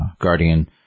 guardian